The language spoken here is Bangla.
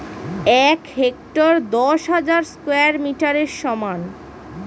এক হেক্টার দশ হাজার স্কয়ার মিটারের সমান